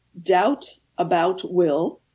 doubtaboutwill